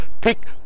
pick